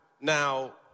Now